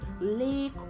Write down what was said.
lake